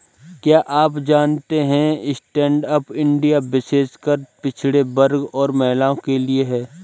क्या आप जानते है स्टैंडअप इंडिया विशेषकर पिछड़े वर्ग और महिलाओं के लिए है?